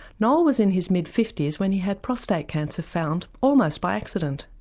noel was in his mid fifty s when he had prostate cancer found, almost by accident.